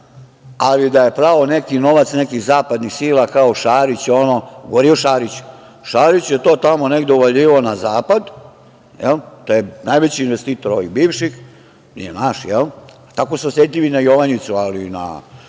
ali da je prao neki novac zapadnih sila kao Šarić, gori je od Šarića. Šarić je to tamo negde uvaljivao na zapad, to je najveći investitor ovih bivših, nije naš, jel? Tako su osetljivi i na Jovanjicu, ali i na